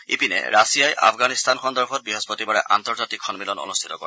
ইপিনে ৰাছিয়াই আফগানিস্তান সন্দৰ্ভত বৃহস্পতিবাৰে আন্তৰ্জাতিক সন্মিলন অনুষ্ঠিত কৰে